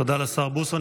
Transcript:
תודה לשר בוסו.